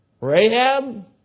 Rahab